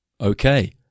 Okay